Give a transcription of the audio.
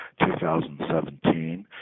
2017